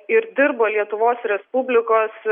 ir dirbo lietuvos respublikos